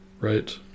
right